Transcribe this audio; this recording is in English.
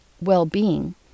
well-being